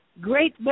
Great